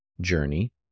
journey